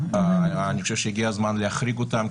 אני חושב שהגיע הזמן להחריג אותן,